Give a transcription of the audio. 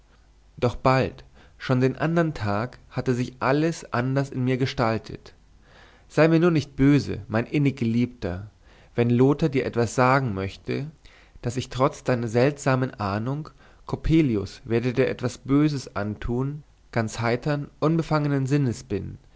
doch bald schon den andern tag hatte sich alles anders in mir gestaltet sei mir nur nicht böse mein inniggeliebter wenn lothar dir etwa sagen möchte daß ich trotz deiner seltsamen ahnung coppelius werde dir etwas böses antun ganz heitern unbefangenen sinnes bin